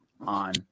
on